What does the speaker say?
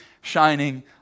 shining